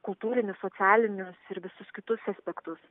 kultūrinius socialinius ir visus kitus aspektus